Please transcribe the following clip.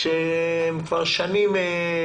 שהם כבר שנים.